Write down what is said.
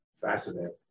Fascinating